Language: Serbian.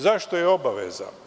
Zašto je obaveza?